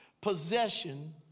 possession